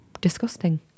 disgusting